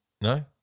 No